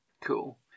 Cool